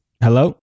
Hello